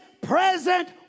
present